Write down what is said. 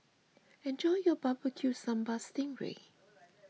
enjoy your Barbecue Sambal Sting Ray